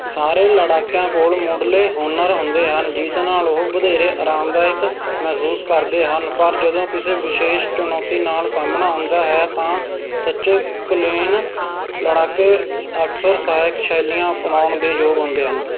ਸਾਰੇ ਲੜਾਕਿਆਂ ਕੋਲ ਮੁੱਢਲੇ ਹੁਨਰ ਹੁੰਦੇ ਹਨ ਜਿਸ ਨਾਲ ਉਹ ਵਧੇਰੇ ਅਰਾਮਦਾਇਕ ਮਹਿਸੂਸ ਕਰਦੇ ਹਨ ਪਰ ਜਦੋਂ ਕਿਸੇ ਵਿਸ਼ੇਸ਼ ਚੁਣੌਤੀ ਨਾਲ ਸਾਹਮਣਾ ਹੁੰਦਾ ਹੈ ਤਾਂ ਸੱਚੇ ਕੁਲੀਨ ਲੜਾਕੇ ਅਕਸਰ ਸਹਾਇਕ ਸ਼ੈਲੀਆਂ ਅਪਣਾਉਣ ਦੇ ਯੋਗ ਹੁੰਦੇ ਹਨ